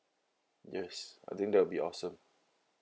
yes I think that will be awesome